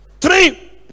three